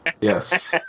Yes